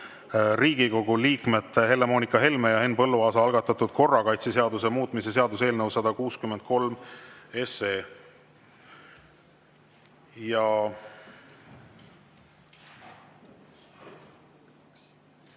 Riigikogu liikmete Helle-Moonika Helme ja Henn Põlluaasa algatatud korrakaitseseaduse muutmise seaduse eelnõu 163.Head